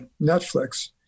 Netflix